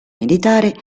militare